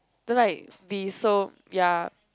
don't like be so ya